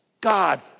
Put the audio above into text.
God